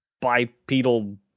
bipedal